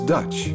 Dutch